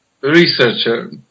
researcher